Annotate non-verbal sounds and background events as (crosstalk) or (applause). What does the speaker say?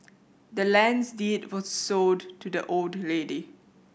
the land's deed was sold (unintelligible) to the old lady